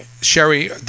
Sherry